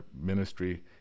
ministry